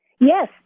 Yes